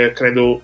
credo